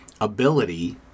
ability